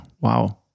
wow